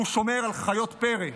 הוא שומר על חיות פרא.